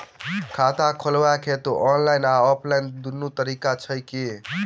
खाता खोलेबाक हेतु ऑनलाइन आ ऑफलाइन दुनू तरीका छै की?